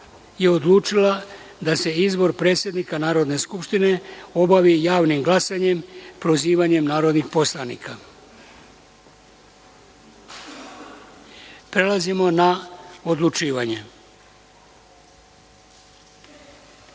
odlučila da se izbor predsednika Narodne skupštine obavi javnim glasanjem, prozivanjem narodnih poslanika. Prelazimo na odlučivanje. Izbor